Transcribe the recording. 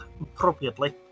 appropriately